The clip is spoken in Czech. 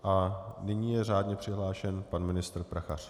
A nyní je řádně přihlášen pan ministr Prachař.